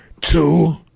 Two